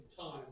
time